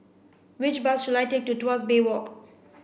which bus should I take to Tuas Bay Walk